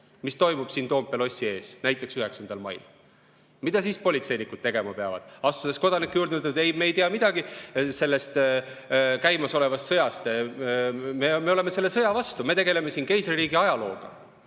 mis toimub siin Toompea lossi ees näiteks 9. mail. Mida siis politseinikud tegema peavad? Astuvad kodanike juurde, need aga ütlevad, et me ei tea midagi sellest käimasolevast sõjast. Me oleme selle sõja vastu, me tegeleme siin keisririigi ajalooga.